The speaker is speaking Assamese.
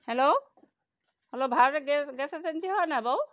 hello hello Bharat gas gas agency হয়নে নাই বাৰু